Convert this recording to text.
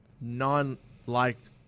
non-liked